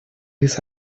this